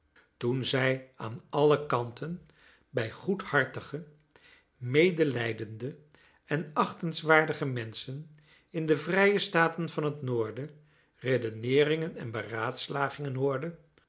toen zij aan alle kanten bij goedhartige medelijdende en achtenswaardige menschen in de vrije staten van het noorden redeneeringen en beraadslagingen hoorde